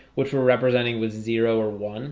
which we're representing with zero or one